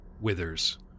withers